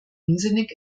unsinnig